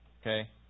Okay